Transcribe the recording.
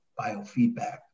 biofeedback